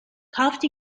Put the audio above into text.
carved